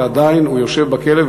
ועדיין הוא יושב בכלא.